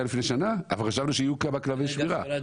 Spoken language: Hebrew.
אבל חשבנו שיהיו כמה כלבי שמירה.